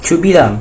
should be lah